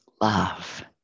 love